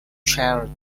charity